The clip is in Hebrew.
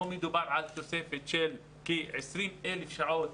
כאן מדובר על תוספת של כ-20,000 שעות